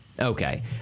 Okay